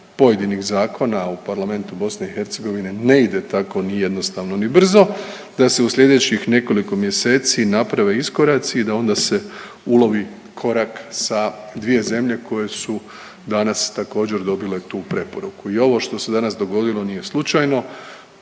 pojedinih zakona u Parlamentu BiH ne ide tako ni jednostavno ni brzo da se u slijedećih nekoliko mjeseci naprave iskoraci i da onda se ulovi korak sa dvije zemlje koje su danas također dobile tu preporuku. I ovo što se danas dogodilo nije slučajno,